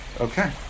okay